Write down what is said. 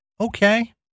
okay